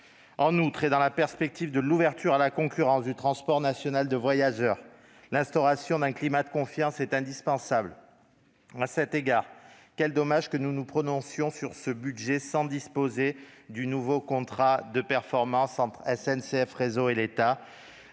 En outre, et dans la perspective de l'ouverture à la concurrence du transport national de voyageurs, l'instauration d'un climat de confiance est indispensable. À cet égard, quel dommage que nous nous prononcions sur ce budget sans disposer du nouveau contrat de performance entre SNCF Réseau et l'État,